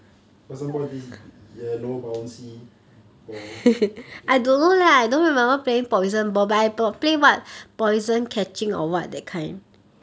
poison ball this yellow bouncy ball